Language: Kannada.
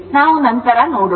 ನಾವು ನಂತರ ನೋಡೋಣ